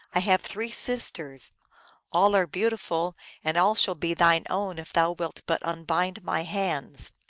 i have three sisters all are beautiful, and all shall be thine own if thou wilt but unbind my hands.